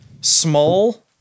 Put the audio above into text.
small